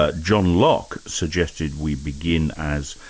ah john locke suggested we begin as,